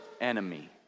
enemy